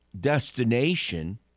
destination